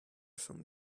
some